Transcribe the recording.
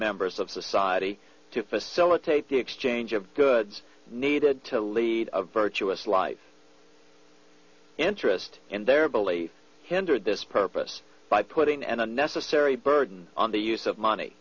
members of society to facilitate the exchange of goods needed to lead a virtuous life interest in their belief hindered this purpose by putting an unnecessary burden on the use of money